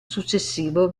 successivo